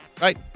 right